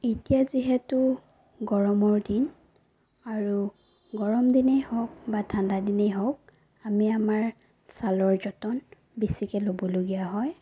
এতিয়া যিহেতু গৰমৰ দিন আৰু গৰম দিনেই হওক বা ঠাণ্ডা দিনেই হওক আমি আমাৰ ছালৰ যতন বেছিকৈ ল'বলগীয়া হয়